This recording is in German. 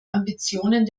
ambitionen